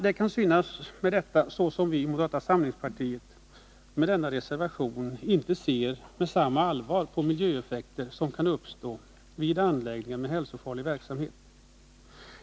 Det kan synas som om moderata samlingspartiet med denna reservation inte ser med samma allvar på de miljöeffekter som kan uppstå vid anläggningar med hälsofarlig verksamhet.